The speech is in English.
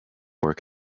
work